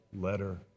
letter